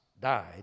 died